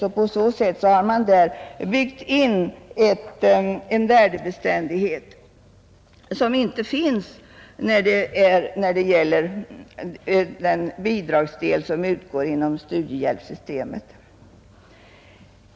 På så sätt har man där byggt in en värdebeständighet som inte finns för den bidragsdel som utgår inom studiehjälpssystemet.